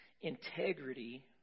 integrity